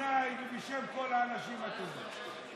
אדוני ובשם כל האנשים הטובים.